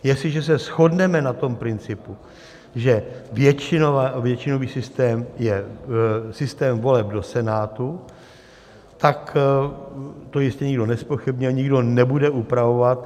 Jestliže se shodneme na tom principu, že většinový systém je systém voleb do Senátu, tak to jistě nikdo nezpochybňuje, nikdo nebude upravovat.